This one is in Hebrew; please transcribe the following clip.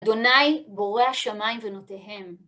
אדוני, בורא השמיים ונוטיהם